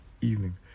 evening